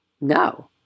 No